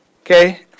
okay